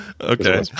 okay